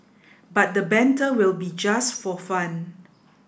but the banter will be just for fun